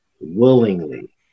willingly